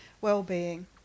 well-being